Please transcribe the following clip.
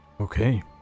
okay